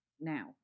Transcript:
Now